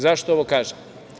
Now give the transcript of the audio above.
Zašto ovo kažem?